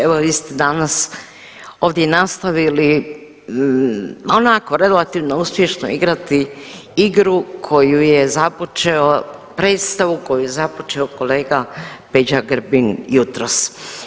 Evo vi ste danas ovdje nastavili onako relativno uspješno igrati igru koju je započeo, predstavu koju je započeo kolega Peđa Grbin jutros.